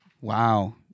Wow